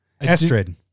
Estrid